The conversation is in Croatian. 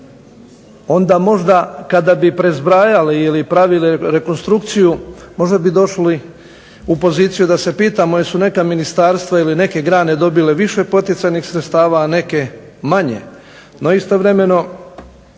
onda možda kada bi zbrajali i pravili rekonstrukciju možda bi došli u poziciju da se pitamo jesu neka ministarstva ili neke grane dobile više poticajnih sredstava a neke manje.